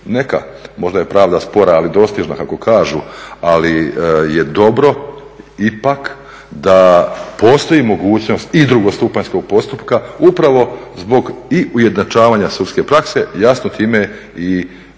Neka, možda je pravda spora ali je dostižna kako kažu. Ali je dobro ipak da postoji mogućnost i drugostupanjskog postupka upravo zbog i ujednačavanja sudske prakse, jasno time i veće